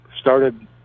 started